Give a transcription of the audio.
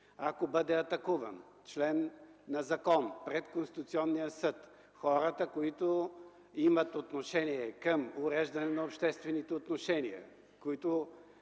Ако бъде атакуван член на закон пред Конституционния съд, хората, които имат отношение към уреждане на обществените отношения,